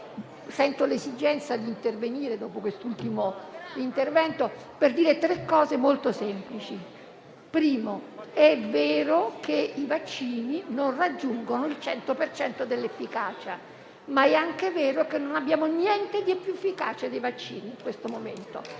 Sento l'esigenza di intervenire dopo l'ultimo intervento per dire tre cose molto semplici. In primo luogo, è vero che i vaccini non raggiungono il 100 per cento dell'efficacia, ma è anche vero che non abbiamo niente di più efficace dei vaccini in questo momento.